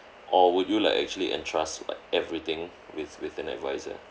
or would you like actually entrust like everything with with an adviser